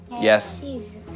Yes